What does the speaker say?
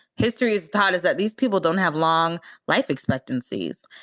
history has taught us that these people don't have long life expectancies.